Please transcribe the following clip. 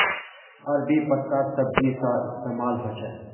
अरबी पत्तार सब्जी सा इस्तेमाल होछे